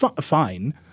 fine